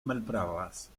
malpravas